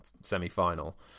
semi-final